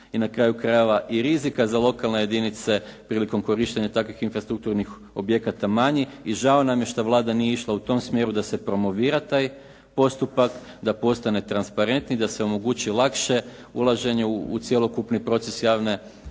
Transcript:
i na kraju krajeva i rizik, a za lokalne jedinice prilikom korištenja takvih infrastrukturnih objekata manji. I žao nam je što Vlada nije išla u tom smjeru da se promovira taj postupak, da postane transparentni, da se omogući lakše ulaženje u cjelokupni proces javne odnosno